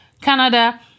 Canada